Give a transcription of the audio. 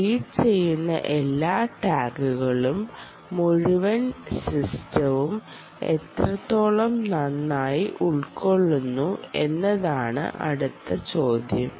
read ചെയ്യുന്ന എല്ലാ ടാഗുകളും മുഴുവൻ സിസ്റ്റവും എത്രത്തോളം നന്നായി ഉൾക്കൊള്ളുന്നു എന്നതാണ് അടുത്ത ചോദ്യം